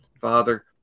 Father